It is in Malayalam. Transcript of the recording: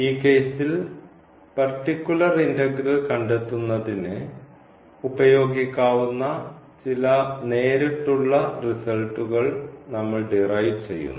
ഈ കേസിൽ പർട്ടിക്കുലർ ഇന്റഗ്രൽ കണ്ടെത്തുന്നതിന് ഉപയോഗിക്കാവുന്ന ചില നേരിട്ടുള്ള റിസൾട്ടുകൾ നമ്മൾ ഡിറൈവ് ചെയ്യുന്നു